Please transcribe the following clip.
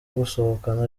gusohokana